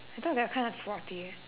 I thought they're kinda sporty